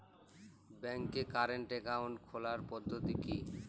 ব্যাংকে current account খোলার পদ্ধতি কি?